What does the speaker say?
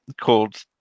called